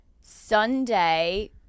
Sunday